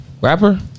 Rapper